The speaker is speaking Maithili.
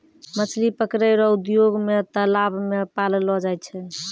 मछली पकड़ै रो उद्योग मे तालाब मे पाललो जाय छै